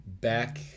back